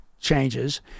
changes